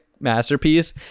masterpiece